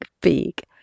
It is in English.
big